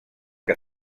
que